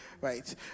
right